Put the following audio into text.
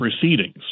proceedings